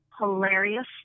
hilarious